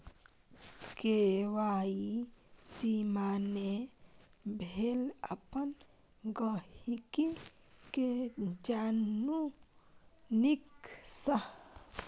KYC माने भेल अपन गांहिकी केँ जानु नीक सँ